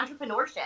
entrepreneurship